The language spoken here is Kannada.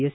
ಎಸ್